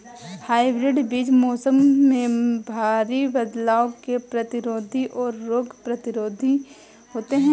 hybrid बीज मौसम में भारी बदलाव के प्रतिरोधी और रोग प्रतिरोधी होते हैं